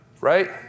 right